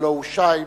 הלוא הוא שייב,